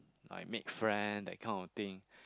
like make friend that kind of thing